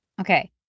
okay